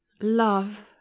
Love